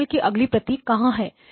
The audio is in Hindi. सिग्नल की अगली प्रति कहां है